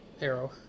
Arrow